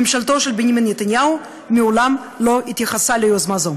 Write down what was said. ממשלתו של בנימין נתניהו מעולם לא התייחסה ליוזמה זו.